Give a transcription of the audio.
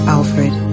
Alfred